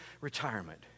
retirement